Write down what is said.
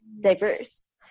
diverse